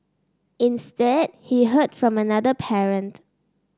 instead he heard from another parent